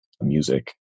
music